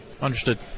Understood